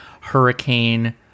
hurricane